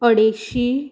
अडेचशीं